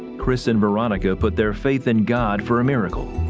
chris and veronica put their faith in god for a miracle,